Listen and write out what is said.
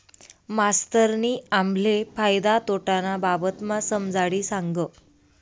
मास्तरनी आम्हले फायदा तोटाना बाबतमा समजाडी सांगं